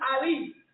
Ali